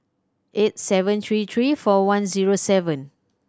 eight seven three three four one zero seven